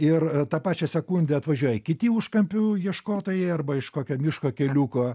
ir tą pačią sekundę atvažiuoja kiti užkampių ieškotojai arba iš kokio miško keliuko